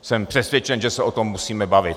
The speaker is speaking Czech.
Jsem přesvědčen, že se o tom musíme bavit.